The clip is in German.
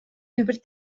über